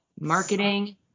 Marketing